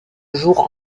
jour